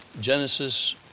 Genesis